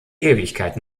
ewigkeit